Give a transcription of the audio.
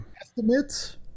Estimates